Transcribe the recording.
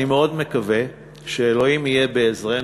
אני מאוד מקווה שאלוהים יהיה בעזרנו,